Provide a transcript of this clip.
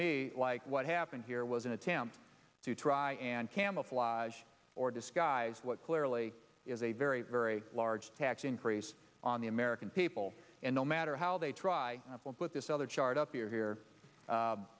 me like what happened here was an attempt to try and camouflage or disguise what clearly is a very very large tax increase on the american people and no matter how they try with this other chart up here here